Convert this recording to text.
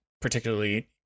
particularly